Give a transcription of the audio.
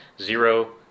zero